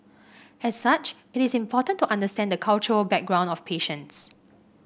as such it is important to understand the cultural background of patients